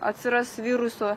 atsiras viruso